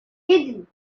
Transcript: hidden